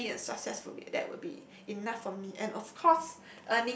fairly and successfully that would be enough for me and of course